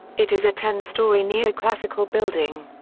it is a ten storey neoclassical building.